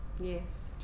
yes